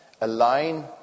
align